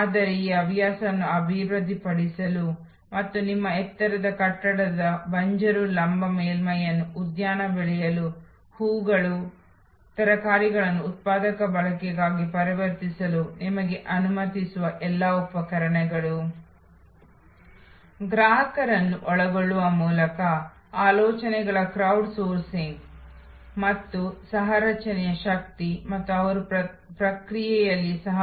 ಆದ್ದರಿಂದ ಈ ಅಗತ್ಯ ಆಧಾರಿತ ಅವಕಾಶವನ್ನು ಗ್ರಹಿಸುವುದು ಹೊಸ ಸೇವಾ ಅಭಿವೃದ್ಧಿಯ ಪ್ರಾರಂಭದ ಹಂತವಾಗಿದೆ ಕೆಲವೊಮ್ಮೆ ಹೊಸ ಸೇವೆಗಳು ಇವುಗಳು ಇಂದು ಅಭಿವೃದ್ಧಿ ಹೊಂದುತ್ತಿರುವ ಸಾಮಾಜಿಕ ಅಗತ್ಯತೆಗಳಿಂದ ಪ್ರಚೋದಿಸಲ್ಪಟ್ಟಿವೆ ಮತ್ತು ಜನಸಂಖ್ಯೆಯ ಸಾಮಾಜಿಕ ಅಗತ್ಯಗಳ ಬೆಳವಣಿಗೆಗೆ ಸಮರ್ಪಕವಾಗಿಲ್ಲ